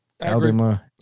Alabama